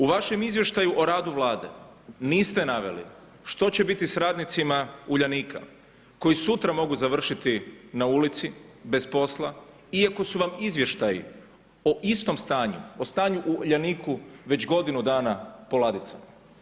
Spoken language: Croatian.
U vašem izvještaju o radu vlade niste naveli što će biti sa radnicima Uljanika koji sutra mogu završiti na ulici bez posla, iako su vam izvještaji o istom stanju, o stanju u Uljaniku već godinu dana po ladicama.